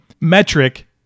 metric